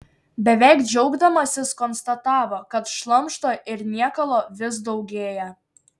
beveik džiaugdamasis konstatavo kad šlamšto ir niekalo vis daugėja